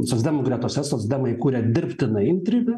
socdemų gretose socdemai kuria dirbtinai intrigą